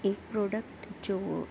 ایک پروڈکٹ جو